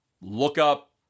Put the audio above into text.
Lookup